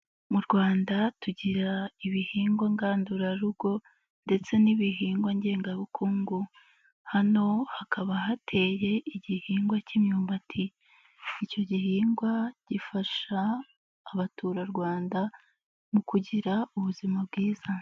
Mu Rwanda tugira ibihingwa ngandurarugo ndetse n'ibihingwa ngengabukungu, hano hakaba hateye igihingwa cy'imyumbati icyo gihingwa gifasha abaturarwanda mu kugira ubuzima bwiza.